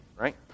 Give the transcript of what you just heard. right